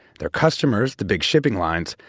their customers, the big shipping lines,